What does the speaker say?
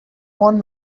phone